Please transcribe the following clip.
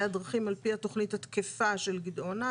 הדרכים על פי התכנית התקפה של גדעונה,